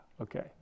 okay